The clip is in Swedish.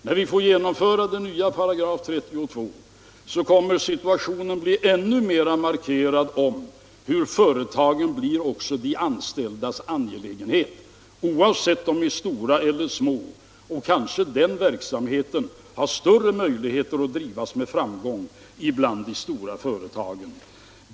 När den nya arbetsrätten har genomförts, kommer det att än mer markeras hur företagen blir också de anställdas angelägenhet, oavsett om företagen är stora eller små. Kanske den verksamheten har större möjligheter att drivas med framgång bland de stora företagen.